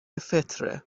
فطره